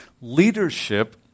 Leadership